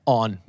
on